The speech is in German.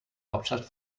hauptstadt